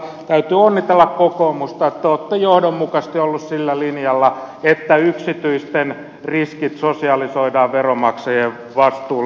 täytyy onnitella kokoomusta että te olette johdonmukaisesti olleet sillä linjalla että yksityisten riskit sosialisoidaan veronmaksajien vastuulle